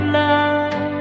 love